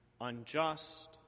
unjust